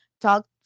talk